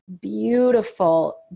beautiful